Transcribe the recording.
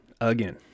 Again